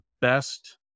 best